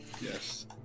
Yes